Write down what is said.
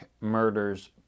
Murders